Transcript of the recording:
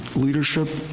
leadership,